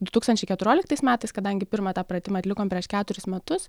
du tūkstančiai keturioliktais metais kadangi pirmą tą pratimą atlikom prieš keturis metus